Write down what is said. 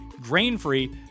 grain-free